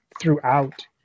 throughout